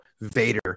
vader